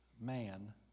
man